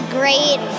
great